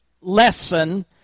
lesson